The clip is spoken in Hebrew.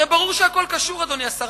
הרי ברור שהכול קשור, אדוני השר.